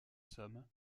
somme